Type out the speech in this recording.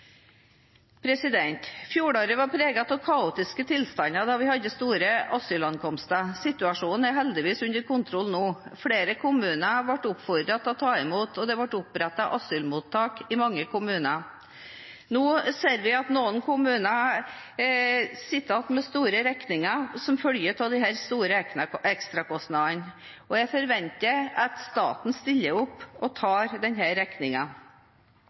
Fjoråret var preget av kaotiske tilstander da vi hadde store asylankomster. Situasjonen er heldigvis under kontroll nå. Flere kommuner ble oppfordret til å ta imot, og det ble opprettet asylmottak i mange kommuner. Nå ser vi at noen kommuner sitter igjen med store regninger som følge av den store ekstrakostnaden, og jeg forventer at staten stiller opp og tar